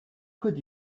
could